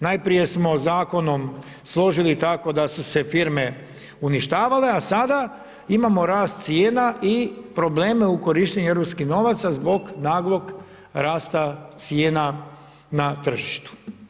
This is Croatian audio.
Najprije smo zakonom složili tako da su se firme uništavale a sada imamo rast cijena i probleme o korištenju europskih novaca zbog naglog rasta cijena na tržištu.